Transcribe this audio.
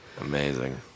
Amazing